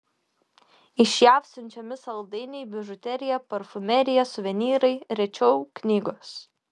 iš jav siunčiami saldainiai bižuterija parfumerija suvenyrai rečiau knygos